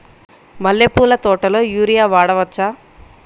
మల్లె పూల తోటలో యూరియా వాడవచ్చా?